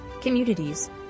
communities